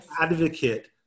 advocate